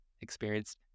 experienced